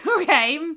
okay